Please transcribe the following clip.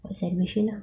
buat celebration ah